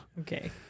okay